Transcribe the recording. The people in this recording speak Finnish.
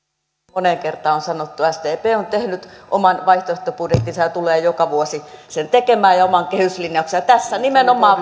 moneen kertaan on sanottu sdp on tehnyt oman vaihtoehtobudjettinsa ja tulee joka vuosi sen tekemään ja oman kehyslinjauksen ja tässä nimenomaan